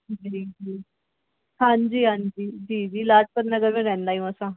जी जी हांजी हांजी जी जी लाजपत नगर में रहंदा आहियूं असां